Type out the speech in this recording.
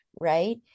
right